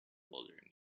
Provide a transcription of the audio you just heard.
bouldering